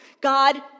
God